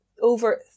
Over